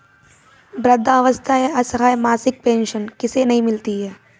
वृद्धावस्था या असहाय मासिक पेंशन किसे नहीं मिलती है?